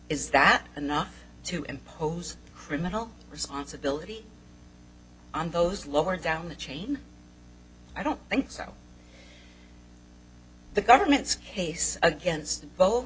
is that enough to impose criminal responsibility on those lower down the chain i don't think so the government's case against